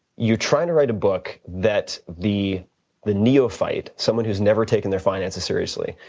you're trying to write a book that the the neophyte, someone who's never taken their finances seriously,